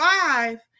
five